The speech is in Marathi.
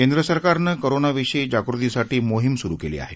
केंद्र सरकारनं कोरोनाविषयी जागृतीसाठी मोहीम सुरु केली आहे